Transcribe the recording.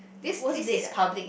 worst date ah